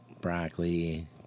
broccoli